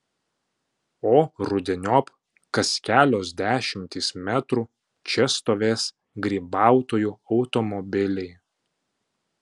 o rudeniop kas kelios dešimtys metrų čia stovės grybautojų automobiliai